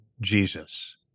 Jesus